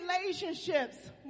relationships